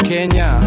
Kenya